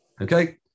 Okay